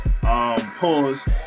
pause